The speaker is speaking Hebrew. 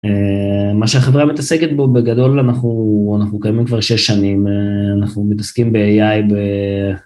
אה...מה שהחברה מתעסקת בו בגדול אנחנו אנחנו קיימים כבר שש שנים, אנחנו מתעסקים בAI ב..